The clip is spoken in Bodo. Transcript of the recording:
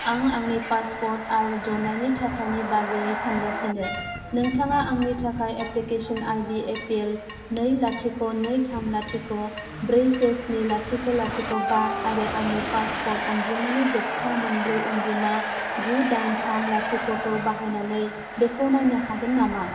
आं आंनि पासपर्ट आरो जन्नायनि थाथायनि बागै सानगासिनो नोंथाङा आंनि थाखाय एप्लिकेसन आइडि एपिएल नै लाथिख' नै थाम लाथिख' ब्रै से स्नि लाथिख' लाथिख' बा आरो आंनि पासपर्ट अनजिमानि जोबथा मोनब्रै अनजिमा गु दाइन थाम लाथिख'खौ बाहायनानै बेखौ नायनो हागोन नामा